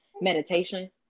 meditation